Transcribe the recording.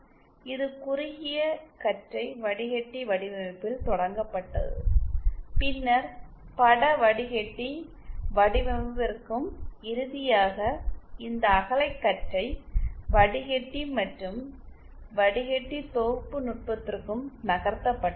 இது குறுகிய கற்றை வடிகட்டி வடிவமைப்பில் தொடங்கப்பட்டது பின்னர் பட வடிகட்டி வடிவமைப்பிற்கும் இறுதியாக இந்த அகல கற்றை வடிகட்டி மற்றும் வடிகட்டி தொகுப்பு நுட்பத்திற்கும் நகர்த்தப்பட்டது